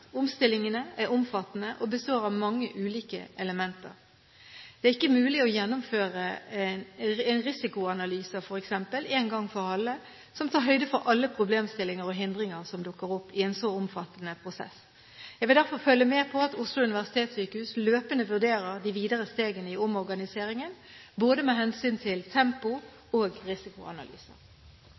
Omstillingene er omfattende og består av mange ulike elementer. Det er ikke mulig å gjennomføre en risikoanalyse, f.eks., en gang for alle, som tar høyde for alle problemstillinger og hindringer som dukker opp i en så omfattende prosess. Jeg vil derfor følge med på at Oslo universitetssykehus løpende vurderer de videre stegene i omorganiseringen, med hensyn til både tempo og risikoanalyse.